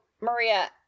Maria